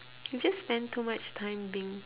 he just spend too much time being